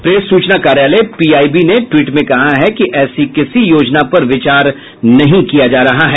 press सूचना कार्यालय PIB ने ट्वीट में कहा है कि ऐसी किसी योजना पर विचार नहीं चल रहा है